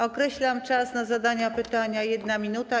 Określam czas na zadanie pytania - 1 minuta.